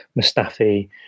Mustafi